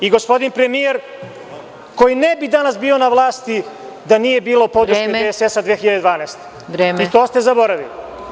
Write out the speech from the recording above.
I gospodin premijer koji ne bi danas bio na vlasti da nije bilo podrške DSS-a 2012. godine, i to ste zaboravili.